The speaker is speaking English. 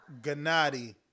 Gennady